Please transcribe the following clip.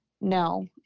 No